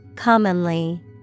Commonly